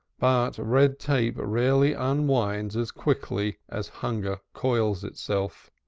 but red-tape rarely unwinds as quickly as hunger coils itself